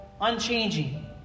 unchanging